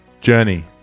Journey